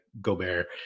Gobert